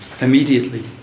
Immediately